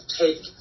take